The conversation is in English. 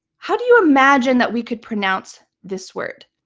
how do you imagine that we could pronounce this word?